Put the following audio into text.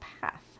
path